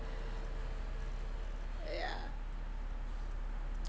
yeah